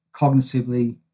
cognitively